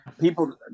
people